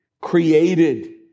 created